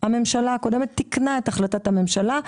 הממשלה הקודמת תיקנה את החלטת הממשלה,